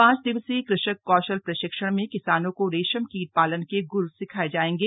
पांच दिवसीय कृषक कौशल प्रशिक्षण में किसानों को रेशम कीट पालन के ग्र सिखाए जाएंगे